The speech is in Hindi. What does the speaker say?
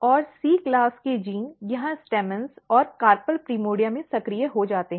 और C श्रेणी के जीन यहां पुंकेसर और कार्पेल प्रिमोर्डिया में सक्रिय हो जाते हैं